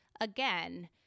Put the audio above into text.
again